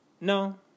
No